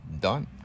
done